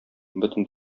бөтен